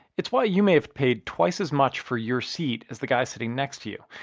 it's why you may have paid twice as much for your seat as the guy sitting next to you.